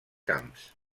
camps